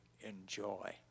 enjoy